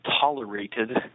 tolerated